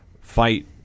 fight